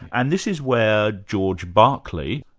and this is where george barclay,